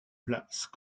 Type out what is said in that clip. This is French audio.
places